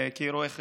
וכרואה חשבון,